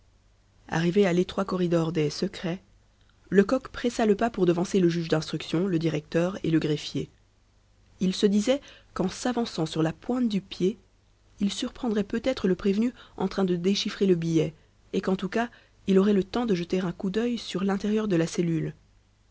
arrivé à l'étroit corridor des secrets lecoq pressa le pas pour devancer le juge d'instruction le directeur et le greffier il se disait qu'en s'avançant sur la pointe du pied il surprendrait peut-être le prévenu en train de déchiffrer le billet et qu'en tout cas il aurait le temps de jeter un coup d'œil sur l'intérieur de la cellule